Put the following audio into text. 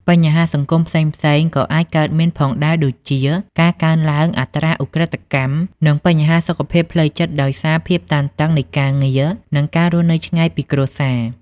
បញ្ហាសង្គមផ្សេងៗក៏អាចកើតមានផងដែរដូចជា ការកើនឡើងអត្រាឧក្រិដ្ឋកម្ម និងបញ្ហាសុខភាពផ្លូវចិត្តដោយសារភាពតានតឹងនៃការងារ និងការរស់នៅឆ្ងាយពីគ្រួសារ។